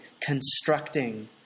constructing